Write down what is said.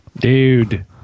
Dude